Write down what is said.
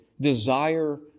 desire